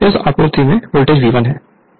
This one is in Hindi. इस आपूर्ति में वोल्टेज V1 है